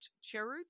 cheroot